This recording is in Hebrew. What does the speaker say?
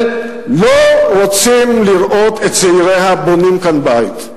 לא רוצים לראות את צעיריה בונים כאן בית?